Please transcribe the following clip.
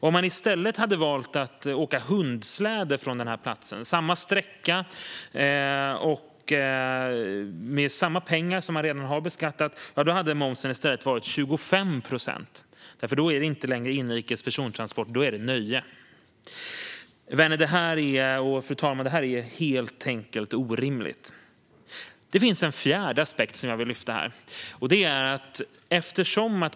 Om man i stället hade valt att åka hundsläde från platsen - samma sträcka och med samma pengar som redan är beskattade - hade momsen i stället varit 25 procent, eftersom det inte längre handlar om inrikes persontransport utan nöje. Detta är, fru talman och vänner, helt enkelt orimligt. Jag vill ta upp ytterligare en aspekt.